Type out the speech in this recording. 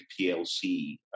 PLC